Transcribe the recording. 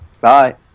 Bye